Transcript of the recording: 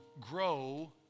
grow